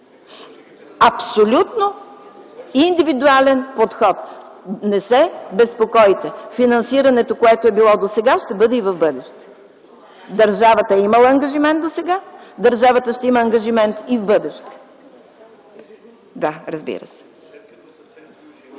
Абсолютно индивидуален подход. Не се безпокойте. Финансирането, което е било досега, ще бъде и в бъдеще. Държавата е имала ангажимент досега, държавата ще има ангажимент и в бъдеще. ХАСАН